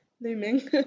looming